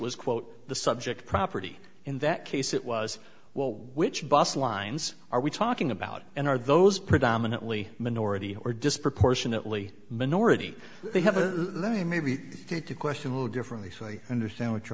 was quote the subject property in that case it was well which bus lines are we talking about and are those predominantly minority or disproportionately minority they have a they may be fifty question a little differently so i understand what you're